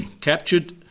captured